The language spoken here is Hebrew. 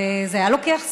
זה היה לוקח זמן,